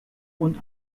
und